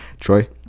troy